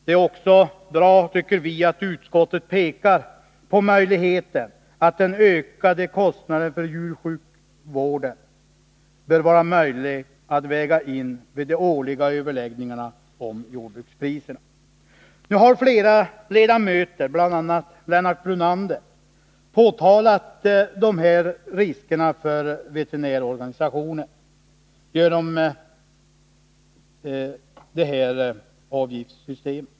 Det är också bra, tycker vi, att utskottet framhåller att den ökade kostnaden för djursjukvården bör vara möjlig att väga in vid de årliga överläggningarna om jordbrukspriserna. Flera ledamöter, bl.a. Lennart Brunander, har påtalat de risker som detta avgiftssystem kan innebära för veterinärorganisationen.